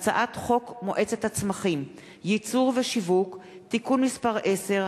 הצעת חוק מועצת הצמחים (ייצור ושיווק) (תיקון מס' 10),